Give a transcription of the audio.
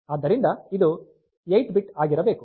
ಆದ್ದರಿಂದ ಇದು 8 ಬಿಟ್ ಆಗಿರಬೇಕು